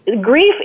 grief